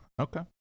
Okay